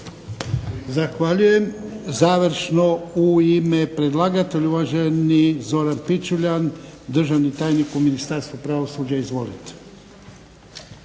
Zahvaljujem. Završno u ime predlagatelja uvaženi Zoran Pičuljan. Državni tajnik u Ministarstvu pravosuđa, izvolite.